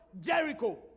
Jericho